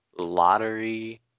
lottery